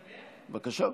בבקשה.